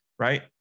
right